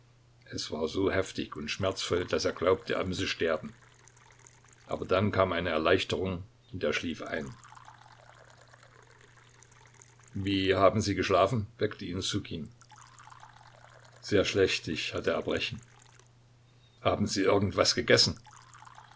es war so heftig und schmerzvoll daß er glaubte er müsse sterben aber dann kam eine erleichterung und er schlief ein wie haben sie geschlafen weckte ihn ssukin sehr schlecht ich hatte erbrechen haben sie irgendwas gegessen